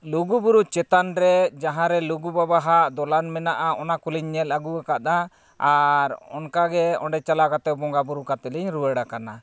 ᱞᱩᱜᱩᱼᱵᱩᱨᱩ ᱪᱮᱛᱟᱱ ᱨᱮ ᱡᱟᱦᱟᱸ ᱨᱮ ᱞᱩᱜᱩ ᱵᱟᱵᱟ ᱟᱜ ᱫᱚᱞᱟᱱ ᱢᱮᱱᱟᱜᱼᱟ ᱚᱱᱟ ᱠᱚᱞᱤᱧ ᱧᱮᱞ ᱟᱹᱜᱩ ᱟᱠᱟᱫᱟ ᱟᱨ ᱚᱱᱠᱟ ᱜᱮ ᱚᱸᱰᱮ ᱪᱟᱞᱟᱣ ᱠᱟᱛᱮᱫ ᱵᱚᱸᱜᱟ ᱵᱩᱨᱩ ᱠᱟᱛᱮᱫ ᱞᱤᱧ ᱨᱩᱣᱟᱹᱲ ᱟᱠᱟᱱᱟ